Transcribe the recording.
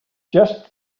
just